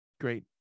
great